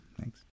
Thanks